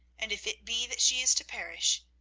and if it be that she is to perish,